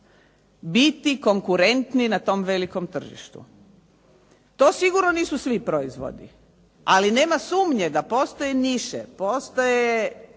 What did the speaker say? biti konkurentni na tom velikom tržištu. To sigurno nisu svi proizvodi, ali nema sumnje da postoje niše, postoje